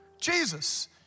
Jesus